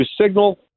signal